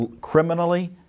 criminally